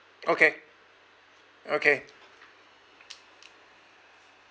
okay okay